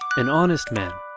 an honest man.